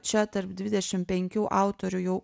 čia tarp dvidešim penkių autorių jau